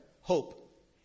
hope